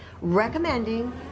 recommending